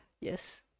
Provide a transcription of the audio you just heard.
yes